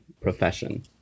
profession